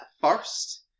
first